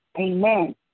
amen